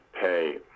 pay